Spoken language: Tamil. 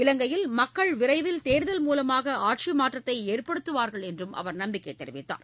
இலங்கையில் மக்கள் விரைவில் தேர்தல் மூலமாக ஆட்சி மாற்றத்தை ஏற்படுத்துவார்கள் என்றும் அவர் நம்பிக்கை தெரிவித்தார்